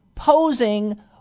Posing